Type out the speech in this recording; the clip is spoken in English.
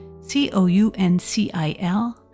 C-O-U-N-C-I-L